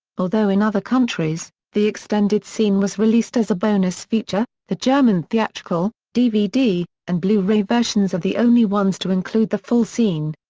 although in other countries, the extended scene was released as a bonus feature, the german theatrical, dvd, and blu-ray versions are the only ones to include the full scene.